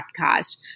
podcast